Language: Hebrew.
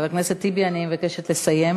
חבר הכנסת טיבי, אני מבקשת לסיים.